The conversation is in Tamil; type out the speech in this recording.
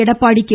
எடப்பாடி கே